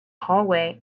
hallway